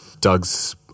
Doug's